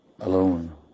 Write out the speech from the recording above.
alone